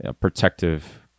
protective